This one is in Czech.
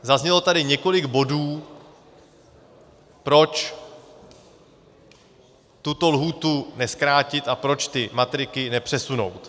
Zaznělo tady několik bodů, proč tuto lhůtu nezkrátit a proč ty matriky nepřesunout.